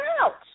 out